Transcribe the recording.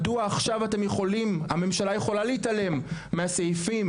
מדוע עכשיו הממשלה יכולה להתעלם מהסעיפים